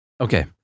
Okay